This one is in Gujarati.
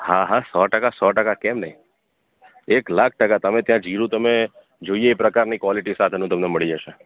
હા હા સો ટકા સો ટકા કેમ નહીં એક લાખ ટકા તમે ત્યાં જીરું તમે જોઈએ એ પ્રકારની કોલેટી સાથેનું તમને મળી જશે